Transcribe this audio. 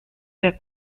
der